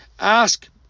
Ask